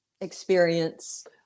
Experience